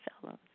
fellows